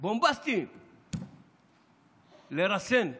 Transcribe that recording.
בומבסטיים לרסן.